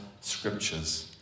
scriptures